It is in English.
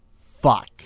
Fuck